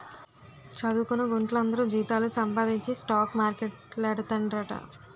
చదువుకొన్న గుంట్లందరూ జీతాలు సంపాదించి స్టాక్ మార్కెట్లేడతండ్రట